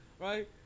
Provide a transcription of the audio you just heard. right